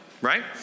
right